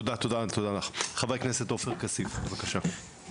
תודה לך, חבר הכנסת אופיר כסיף, בבקשה.